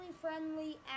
friendly